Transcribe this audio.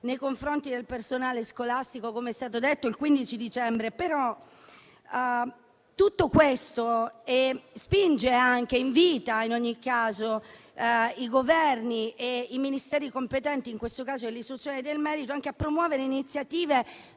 nei confronti del personale scolastico, com'è stato detto, il 15 dicembre. Tutto questo, però, spinge e invita i Governi e i Ministeri competenti, in questo caso quello dell'istruzione e del merito, anche a promuovere iniziative